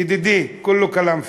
ידידי, כולו כלאם פאד'י,